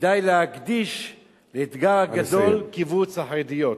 כדאי להקדיש לאתגר הגדול, כיווץ החרדיות."